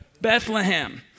Bethlehem